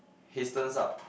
histones up